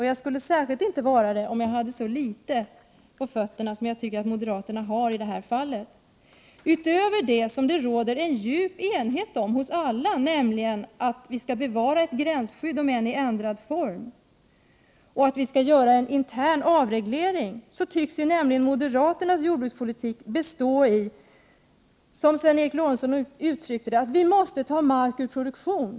Jag skulle framför allt inte vara det om jag hade så litet på fötterna som jag tycker att moderaterna har i det här fallet. Utöver det som det råder en djup enighet om hos alla, nämligen att vi skall bevara ett gränsskydd, om än i ändrad form, och att vi skall göra en intern avreglering, 19 tycks moderaternas jordbrukspolitik bestå av, som Sven Eric Lorentzon uttryckte det, att vi måste ta mark ur produktion.